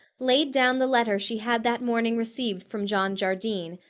laid down the letter she had that morning received from john jardine,